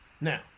Now